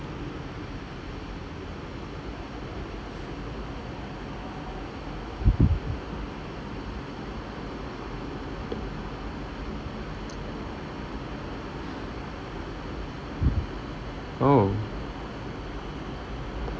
oh